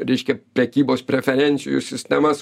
reiškia prekybos preferencijų sistemas